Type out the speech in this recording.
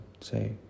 say